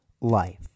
life